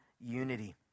unity